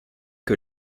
que